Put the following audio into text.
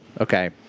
okay